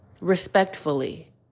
Respectfully